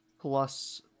plus